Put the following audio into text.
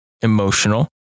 emotional